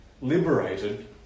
liberated